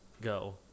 go